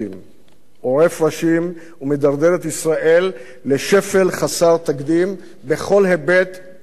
עורף ראשים ומדרדר את ישראל לשפל חסר תקדים בכל היבט ובכל נושא.